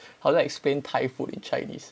how do I explain thai food in chinese